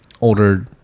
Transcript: older